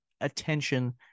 attention